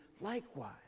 likewise